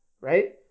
Right